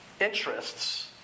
interests